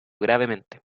gravemente